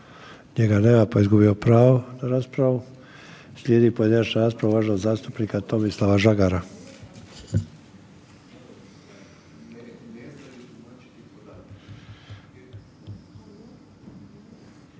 Njega nema pa je izgubio pravo na raspravu. Slijedi pojedinačna rasprava uvaženog zastupnika Tomislava Žagara.